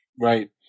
Right